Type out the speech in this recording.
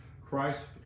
Christ